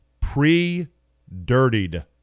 pre-dirtied